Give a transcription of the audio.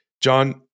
John